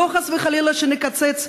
לא חלילה שנקצץ,